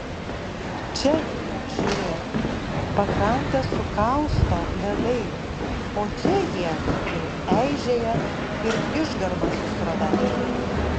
čia žiūrėk pakrantę sukausto ledai o čia jie jau eižėja ir išgarma su srove